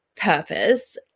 purpose